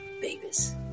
babies